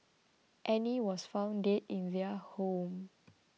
Annie was found dead in their home